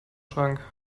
schrank